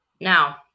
Now